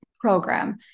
program